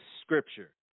scripture